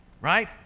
Right